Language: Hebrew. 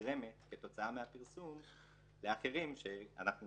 שנגרמת כתוצאה מהפרסום לאחרים שאנחנו